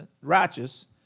righteous